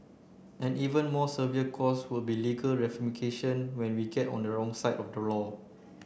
an even more severe cost would be legal ramification when we get on the wrong side of the law